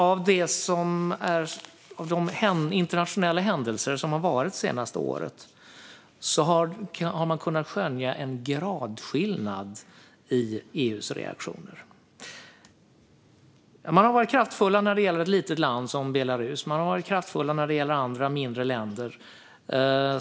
Av de internationella händelser som har varit det senaste året har man kunnat skönja en gradskillnad i EU:s reaktioner. Man har varit kraftfull när det gällt ett litet land som Belarus. Man har varit kraftfull när det gäller andra mindre länder.